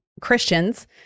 Christians